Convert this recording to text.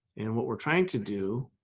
and what we're trying to do